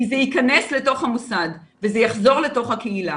כי זה ייכנס לתוך המוסד וזה יחזור לתוך הקהילה.